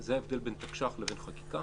זה ההבדל בין תקש"ח לבין חקיקה.